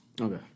Okay